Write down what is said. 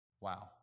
Wow